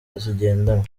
zigendanwa